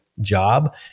job